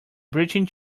breaching